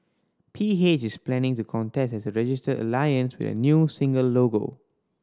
P H is planning to contest as a registered alliance with a new single logo